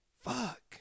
Fuck